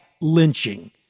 lynching